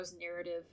narrative